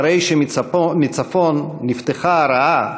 אחרי שמצפון נפתחה הרעה,